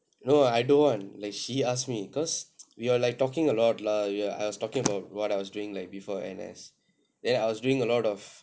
no I don't want like she ask me cause we were like talking a lot lah ya I was talking about what I was doing like before N_S then I was doing a lot of